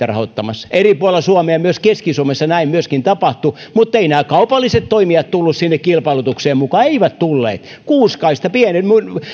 rahoittamassa eri puolilla suomea myös keski suomessa näin tapahtui mutta eivät nämä kaupalliset toimijat tulleet sinne kilpailutukseen mukaan eivät tulleet kuuskaista pieni